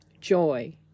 joy